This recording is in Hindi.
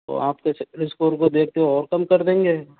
तो आपके सिविल स्कोर को देख के और कम कर देंगे